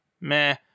Meh